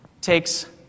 takes